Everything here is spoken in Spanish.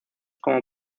como